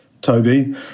Toby